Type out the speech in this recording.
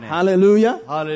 Hallelujah